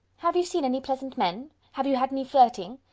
have you seen any pleasant men? have you had any flirting?